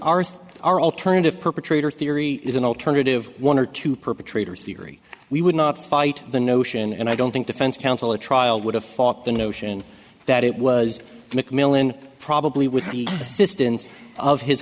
our alternative perpetrator theory is an alternative one or two perpetrators theory we would not fight the notion and i don't think defense counsel or trial would have fought the notion that it was mcmillan probably with assistance of his